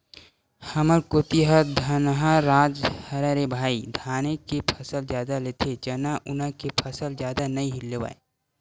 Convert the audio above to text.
हमर कोती ह धनहा राज हरय रे भई धाने के फसल जादा लेथे चना उना के फसल जादा नइ लेवय